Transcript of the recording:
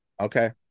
Okay